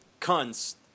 cunts